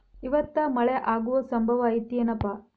ಇವತ್ತ ಮಳೆ ಆಗು ಸಂಭವ ಐತಿ ಏನಪಾ?